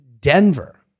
Denver